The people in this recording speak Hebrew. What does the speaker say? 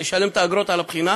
לשלם את האגרות על הבחינה,